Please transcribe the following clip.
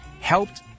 helped